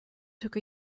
took